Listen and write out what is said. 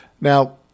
Now